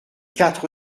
quatre